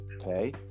okay